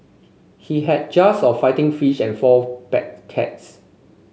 he had jars of fighting fish and four pet cats